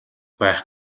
байх